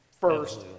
first